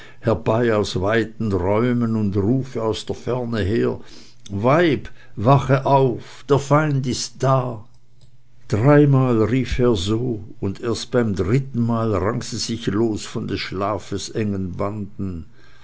herbei aus weiten räumen und rufe aus der ferne her weib wache auf der feind ist da dreimal rief er so und erst beim drittenmal rang sie sich los aus des schlafes engen banden